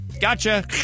gotcha